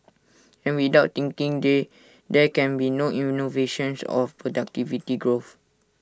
and without thinking they there can be no innovations of productivity growth